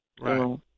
Right